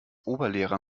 oberlehrer